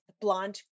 blonde